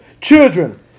Children